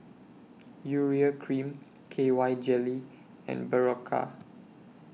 Urea Cream K Y Jelly and Berocca